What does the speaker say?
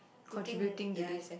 contributing to this